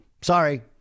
Sorry